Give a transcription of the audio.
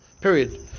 Period